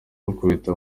rukubita